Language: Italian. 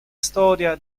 storia